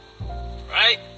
Right